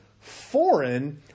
foreign